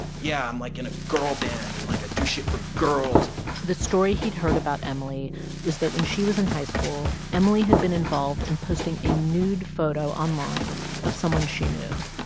yeah i'm, like, in a girl band, and, like, i do shit for girls the story he'd heard about emily was that when she was in high school, emily had been involved in posting a nude photo online of someone she knew.